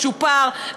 משופר,